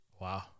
Wow